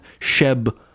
Sheb